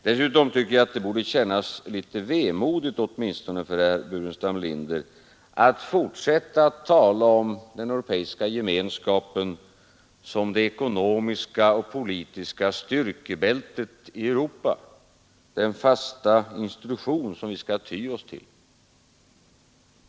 Dessutom tycker jag att det borde kännas litet vemodigt åtminstone för herr Burenstam Linder att fortsätta tala om den europeiska gemenskapen som det ekonomiska och politiska styrkebältet i Europa, den fasta institution som vi skall ty oss till.